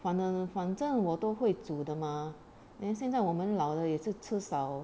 反而呢反正我都会煮的吗 then 现在我们老了也是吃少